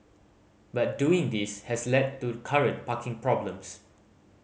but doing this has led to current parking problems